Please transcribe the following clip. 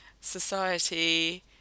society